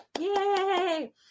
Yay